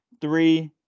Three